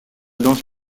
danse